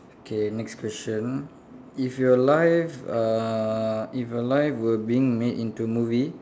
okay next question if your life uh if your life were being made into movie